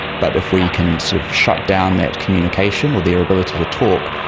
but if we can sort of shut down that communication or their ability to talk,